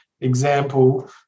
example